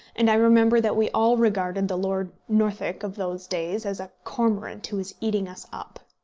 and i remember that we all regarded the lord northwick of those days as a cormorant who was eating us up.